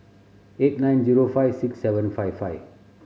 eight nine zero five six seven five five